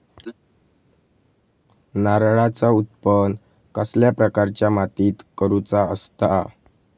नारळाचा उत्त्पन कसल्या प्रकारच्या मातीत करूचा असता?